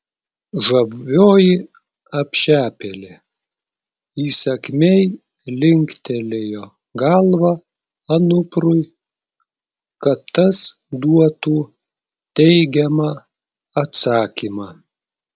žavioji apšepėlė įsakmiai linktelėjo galva anuprui kad tas duotų teigiamą atsakymą